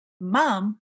mom